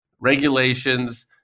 regulations